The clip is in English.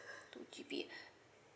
two G B